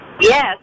Yes